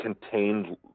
contained